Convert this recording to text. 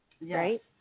Right